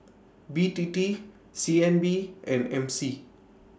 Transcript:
B T T C N B and M C